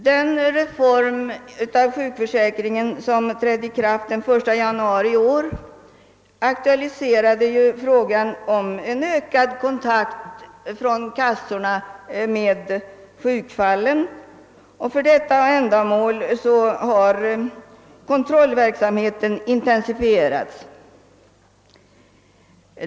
Den reform av sjukförsäkringen som trädde i kraft den 1 januari i år aktualiserade frågan om en ökad kontakt från kassornas sida i fråga om sjukfallen. För detta ändamål har kontrollverksamheten också intensifierats.